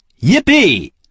Yippee